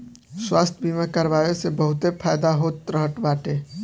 स्वास्थ्य बीमा करवाए से बहुते फायदा रहत बाटे